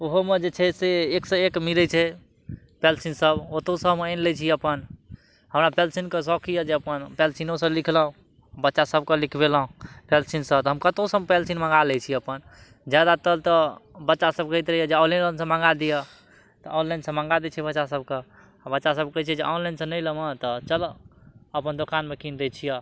ओहोमे जे छै से एक सऽ एक मिलै छै पेंसिल सब ओतौसँ हम आनि लै छी अपन हमरा पेंसिल के शौख यऽ जे अपन पैलसीनो लिखलौ बच्चा सबके लिखबेलहुॅं पैंसिल सँ तऽ हम कतौ सँ हम पेंसिल मँगा लै छी अपन जादातर तऽ बच्चा सब कहैत रहैया जे ऑनलाइन सऽ मँगा दियऽ तऽ ऑनलाइनसँ मंगा दै छै बच्चा सबके बच्चा सब कहै छै जे ऑनलाइनसँ नहि लेब चलऽ अपन दोकानमे कीन दै छियै